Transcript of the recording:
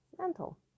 mental